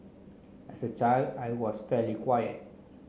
as a child I was fairly quiet